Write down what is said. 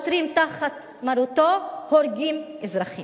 בשביל גזר-דין של 30 חודשים.